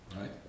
Right